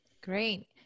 Great